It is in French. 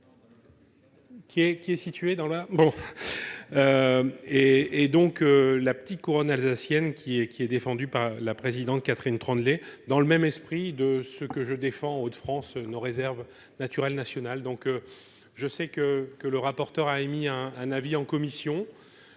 qui est situé dans la bon et et donc la petite couronne alsacienne qui est qui est défendu par la présidente Catherine Tremblay dans le même esprit de ce que je défends Hauts-de-France nos réserves naturelles nationales, donc je sais que que le rapporteur a émis un un avis en commission